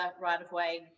right-of-way